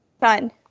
Fun